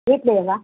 வீட்டிலேவா